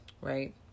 right